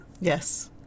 yes